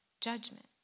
judgment